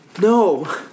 No